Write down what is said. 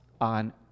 on